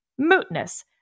mootness